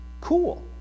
cool